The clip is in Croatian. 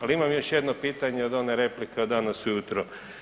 Ali imam još jedno pitanje od one replike od danas u jutro.